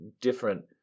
different